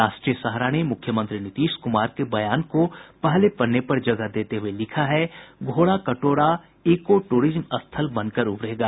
राष्ट्रीय सहारा ने मुख्यमंत्री नीतीश कुमार के बयान को पहले पन्ने पर जगह देते हुये लिखा है घोड़ा कटोरा ईको टूरिज्म स्थल बनकर उभरेगा